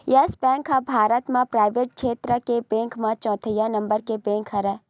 yes Bank ह भारत म private छेत्र के बेंक म चउथइया नंबर के बेंक हरय